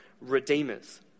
redeemers